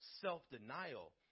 self-denial